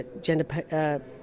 gender